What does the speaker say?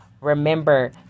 Remember